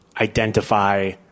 identify –